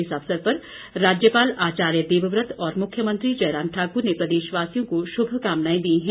इस अवसर पर राज्यपाल आचार्य देववत और मुख्यमंत्री जयराम ठाकुर ने प्रदेश वासियों को शुभकामनाएं दी हैं